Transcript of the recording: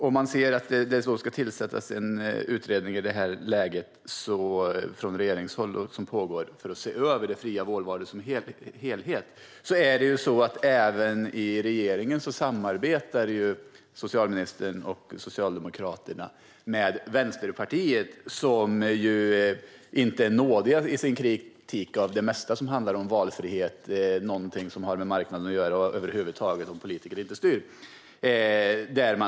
I det här läget har det tillsatts en utredning för att man från regeringshåll ska se över det fria vårdvalet som helhet. Även i regeringen samarbetar socialministern och Socialdemokraterna med Vänsterpartiet som ju inte är nådigt i sin kritik mot det mesta som handlar om valfrihet, om någonting som har med marknaden att göra och om sådant som politiker inte styr.